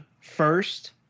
first